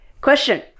question